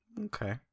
Okay